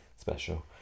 Special